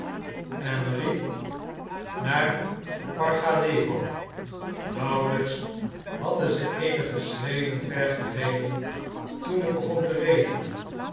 en riep naar pargalewo nauwelijks hadden ze eenige schreden ver gereden toen het begon te regenen